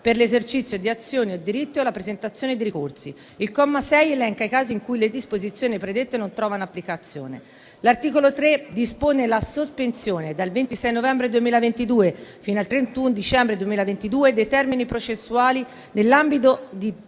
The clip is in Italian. per l'esercizio di azioni o del diritto alla presentazione di ricorsi. Il comma 6 elenca i casi in cui le disposizioni predette non trovano applicazione. L'articolo 3 dispone la sospensione dal 26 novembre 2022 fino al 31 dicembre 2022 dei termini processuali nell'ambito di